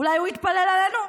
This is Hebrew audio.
אולי הוא התפלל עלינו?